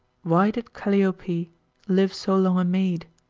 why did calliope live so long a maid?